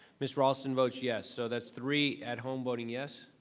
ms. raulston votes yes. so that's three at home voting yes.